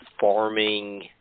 farming